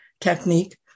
technique